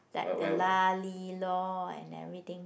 like the lah lee loh and everything